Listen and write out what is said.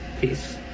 Peace